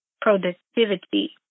productivity